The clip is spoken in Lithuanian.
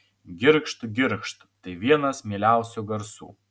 girgžt girgžt tai vienas mieliausių garsų